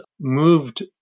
moved